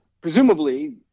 presumably